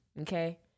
Okay